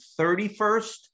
31st